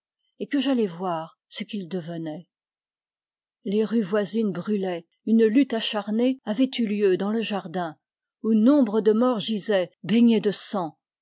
et que j'allai voir ce qu'il devenait les rues voisines brûlaient une lutte acharnée avait eu lieu dans le jardin où nombre de morts gisaient baignés de sang